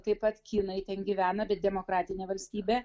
taip pat kinai ten gyvena bet demokratinė valstybė